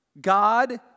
God